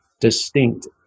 distinct